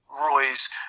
Roy's